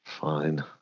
Fine